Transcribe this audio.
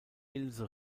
ilse